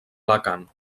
alacant